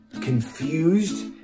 confused